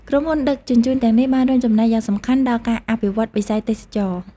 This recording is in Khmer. ក្រុមហ៊ុនដឹកជញ្ជូនទាំងនេះបានរួមចំណែកយ៉ាងសំខាន់ដល់ការអភិវឌ្ឍវិស័យទេសចរណ៍។